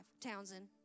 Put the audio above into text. Townsend